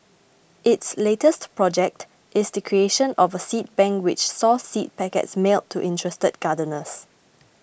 its latest project is the creation of a seed bank which saw seed packets mailed to interested gardeners